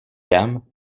dame